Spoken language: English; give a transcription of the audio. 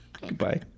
goodbye